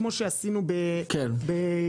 כמו שעשינו --- רגע,